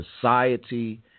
society